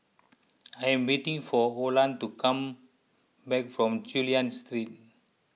I'm waiting for Olan to come back from Chulia Street